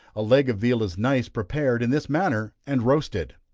a leg of veal is nice prepared in this manner, and roasted.